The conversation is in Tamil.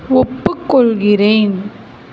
ஒப்புக்கொள்கிறேன்